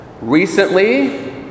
Recently